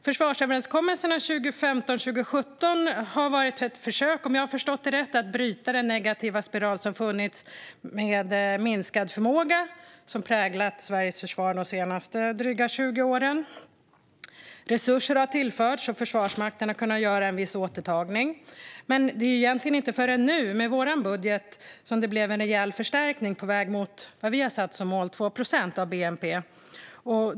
Försvarsöverenskommelserna 2015 och 2017 har, om jag har förstått det rätt, varit ett försök att bryta den negativa spiral av minskad förmåga som präglat Sveriges försvar de senaste drygt 20 åren. Resurser har tillförts, och Försvarsmakten har kunnat göra en viss återtagning. Men det är egentligen inte förrän nu, med vår budget, som det blev en rejäl förstärkning på väg mot det mål vi har satt om 2 procent av bnp.